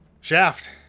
Shaft